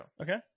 Okay